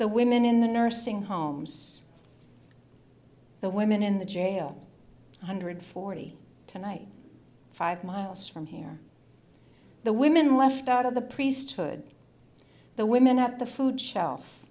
the women in the nursing homes the women in the jail one hundred forty tonight five miles from here the women left out of the priesthood the women at the food shelf